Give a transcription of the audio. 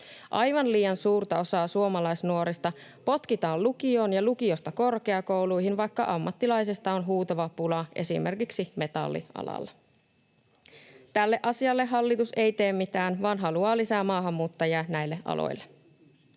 Aivan liian suurta osaa suomalaisnuorista potkitaan lukioon ja lukiosta korkeakouluihin, vaikka ammattilaisista on huutava pula esimerkiksi metallialalla. Tälle asialle hallitus ei tee mitään vaan haluaa lisää maahanmuuttajia näille aloille.